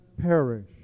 perish